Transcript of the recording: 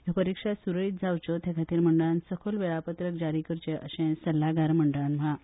ह्यो परिक्षा सुरळीत जावच्यो ते खातीर मंडळान सखोल वेळापत्रक जारी करचें अशेंय सल्लागार मंडळांन म्हळां